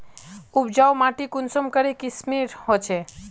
उपजाऊ माटी कुंसम करे किस्मेर होचए?